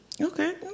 Okay